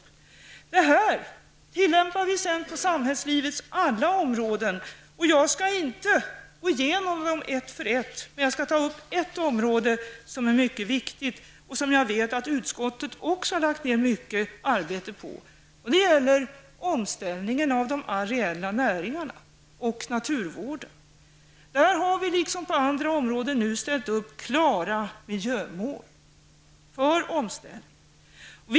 Detta tillämpas sedan på samhällslivets alla områden. Jag skall inte nu gå igenom dem ett för ett, men jag skall ta upp ett område som är mycket viktigt och som jag vet att utskottet också har lagt ned mycket arbete på, nämligen omställningen av de areella näringarna och naturvården. Liksom på andra områden har vi på detta nu ställt upp klara miljömål för omställningen.